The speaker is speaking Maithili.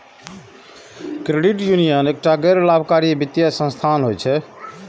क्रेडिट यूनियन एकटा गैर लाभकारी वित्तीय संस्थान होइ छै